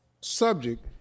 Subject